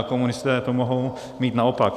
Komunisté to mohou mít naopak.